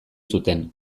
zuten